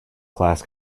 class